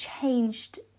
changed